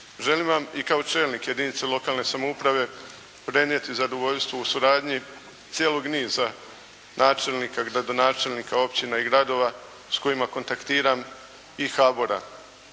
Želim vam i kao čelnik jedinice lokalne samouprave prenijeti zadovoljstvo u suradnji cijelog niza načelnika, gradonačelnika, općina i gradova s kojima kontaktiram i HBOR-a.